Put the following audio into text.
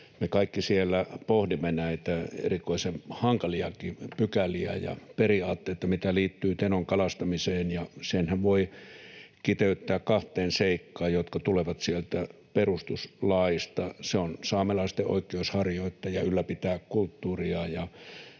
me kaikki siellä pohdimme näitä erikoisen hankaliakin pykäliä ja periaatteita, mitä liittyy Tenon kalastamiseen. Senhän voi kiteyttää kahteen seikkaan, jotka tulevat sieltä perustuslaista: saamelaisten oikeus harjoittaa ja ylläpitää kulttuuria